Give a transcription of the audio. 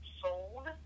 sold